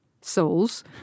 Souls